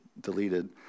deleted